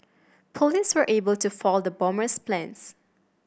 police were able to foil the bomber's plans